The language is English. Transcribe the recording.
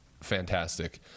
fantastic